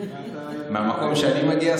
מהמקום שאני מגיע,